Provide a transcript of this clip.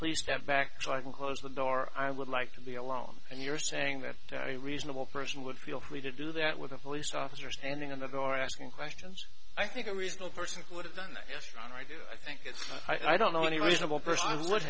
please step back so i can close the door i would like to be alone and you're saying that any reasonable person would feel free to do that with a police officer standing in the door asking questions i think a reasonable person would have done yes ron i do i think it's i don't know any reasonable person